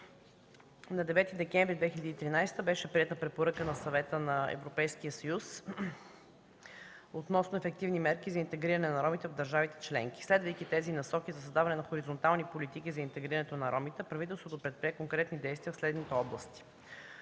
На 9 декември 2013 г. беше приета Препоръка на Съвета на Европейския съюз относно ефективни мерки за интегриране на ромите в държавите членки. Следвайки тези насоки за създаване на хоризонтални политики за интегрирането на ромите, правителството предприе конкретни действия в следните области.